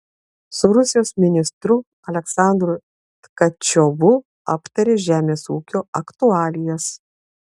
su rusijos ministru aleksandru tkačiovu aptarė žemės ūkio aktualijas